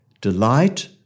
Delight